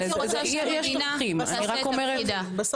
הייתי רוצה שהמדינה תעשה את תפקידה.